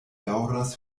daŭras